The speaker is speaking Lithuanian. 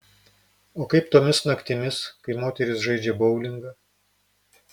o kaip tomis naktimis kai moterys žaidžia boulingą